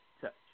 touch